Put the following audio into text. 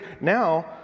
Now